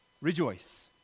rejoice